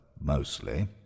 mostly